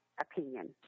opinion